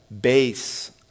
base